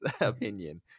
opinion